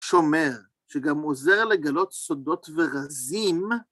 שומר, שגם עוזר לגלות סודות ורזים.